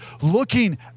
looking